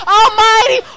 almighty